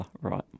right